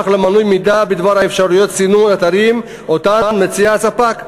למנוי מידע בדבר אפשרויות סינון האתרים שאותן מציע הספק.